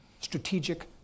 strategic